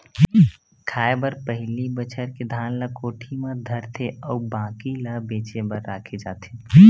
खाए बर पहिली बछार के धान ल कोठी म धरथे अउ बाकी ल बेचे बर राखे जाथे